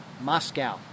Moscow